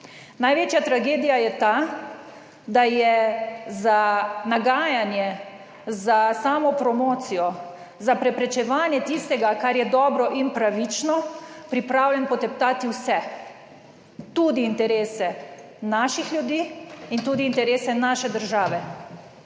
Največja tragedija je ta, da je za nagajanje, za samo promocijo, za preprečevanje tistega, kar je dobro in pravično, pripravljen poteptati vse, tudi interese naših ljudi in tudi interese naše države.